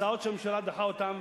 הצעות שהממשלה דוחה אותן,